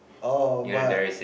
oh but